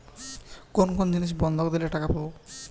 কোন কোন জিনিস বন্ধক দিলে টাকা পাব?